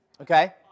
okay